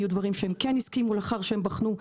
היו דברים שהם כן הסכימו לאחר שהם בחנו.